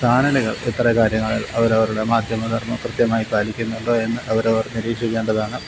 ചാനല്കകള് ഇത്ര കാര്യങ്ങളില് അവരവരുടെ മാധ്യമധര്മ്മം കൃത്യമായി പാലിക്കുന്നൊണ്ടോ എന്ന് അവരവര് നിരീക്ഷിക്കേണ്ടതാണ്